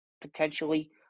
potentially